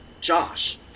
Josh